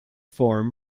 form